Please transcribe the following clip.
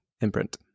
imprint